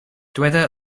dyweda